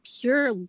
Pure